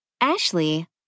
Ashley